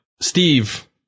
Steve